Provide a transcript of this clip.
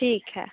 ठीक है